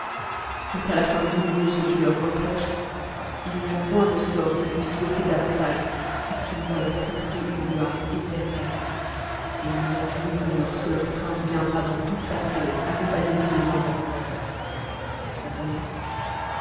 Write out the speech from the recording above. quanl à la fin dou onreuse que tu leur reproches il n'y a point de sort qu'il puissent souhaiter damtage puisqul'il doit leur procurer une gloire étemene et ile en jouitont lorsque jeu prince vieâ dra dans toule sa pômpe accomfflué de ses anges satan